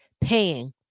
paying